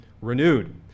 renewed